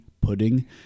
pudding